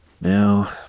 Now